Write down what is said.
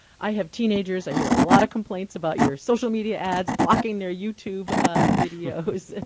i have teenagers, i hear a lot of complaints about your social media ads blocking their youtube videos.